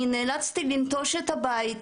אני נאצלתי לנטוש את הבית,